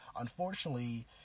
unfortunately